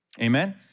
Amen